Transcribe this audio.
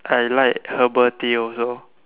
I like herbal Tea also